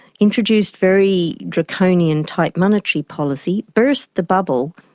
introduced very draconian tight monetary policy, burst the bubble.